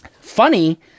Funny